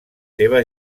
teva